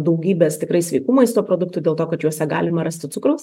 daugybės tikrai sveikų maisto produktų dėl to kad juose galima rasti cukraus